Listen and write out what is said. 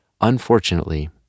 Unfortunately